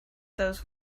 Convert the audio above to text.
those